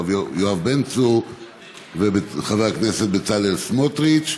הרב יואב בן צור וחבר הכנסת בצלאל סמוטריץ.